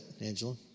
Angela